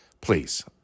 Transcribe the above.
Please